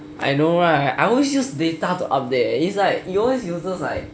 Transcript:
I know right I always use data to update it is like it always uses like